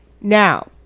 Now